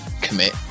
commit